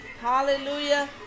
Hallelujah